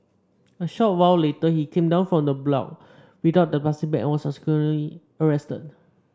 a short while later he came down from the block without the plastic bag and was subsequently arrested